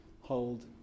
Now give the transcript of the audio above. hold